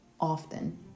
often